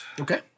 Okay